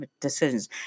decisions